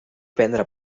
prendre